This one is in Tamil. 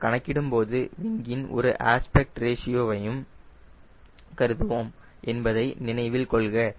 நாம் கணக்கிடும்போது விங்கின் ஒரு ஆஸ்பெக்ட் ரேஷியோ வையும் கருதுவோம் என்பதை நினைவில் கொள்க